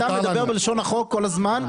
אתה מדבר בלשון החוק כל הזמן?